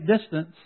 distance